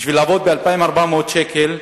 בשביל לעבוד ב-2,400 שקל בטקסטיל.